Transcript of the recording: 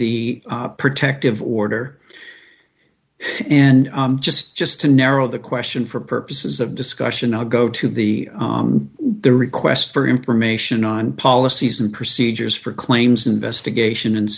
the protective order and just just to narrow the question for purposes of discussion i'll go to the the request for information on policies and procedures for claims investigation and